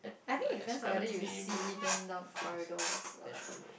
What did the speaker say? I think it depends on whether you see then down the corridor also lah